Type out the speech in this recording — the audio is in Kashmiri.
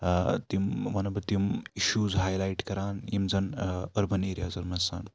تِم وَنہٕ بہٕ تِم اِشوٗز ہاے لایِٹ کَران یِم زَن أربن ایٚریازَن منٛز چھِ آسان